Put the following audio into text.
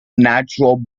natural